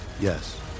Yes